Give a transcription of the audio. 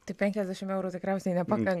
tik penkiasdešimt eurų tikriausiai napakanka